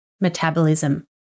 metabolism